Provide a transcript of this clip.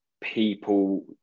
people